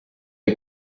you